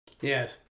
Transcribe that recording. Yes